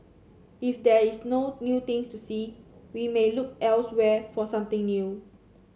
if there is no new things to see we may look elsewhere for something new